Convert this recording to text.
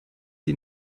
die